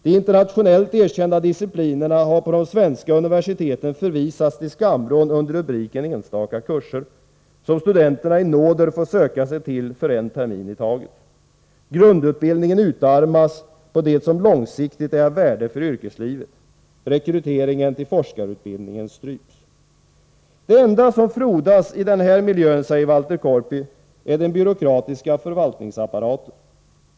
De internationellt erkända disciplinerna har på de svenska universiteten förvisats till skamvrån under rubriken ”Enstaka kurser”, som studenterna i nåder får söka till för en termin i taget. Grundutbildningen utarmas på det som långsiktigt är av värde för yrkeslivet. Rekryteringen till forskarutbildningen stryps.” ”Det enda som frodas i den här miljön”, säger Walter Korpi, ”är den byråkratiska förvaltningsapparaten.